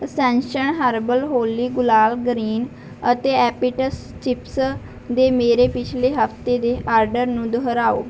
ascension herbal Holi gulal green ਅਤੇ ਐਪੀਟਸ chips ਦੇ ਮੇਰੇ ਪਿਛਲੇ ਹਫਤੇ ਦੇ ਆਰਡਰ ਨੂੰ ਦੁਹਰਾਓ